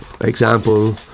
Example